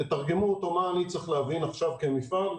תתרגמו אותו מה אני צריך להבין עכשיו כמפעל,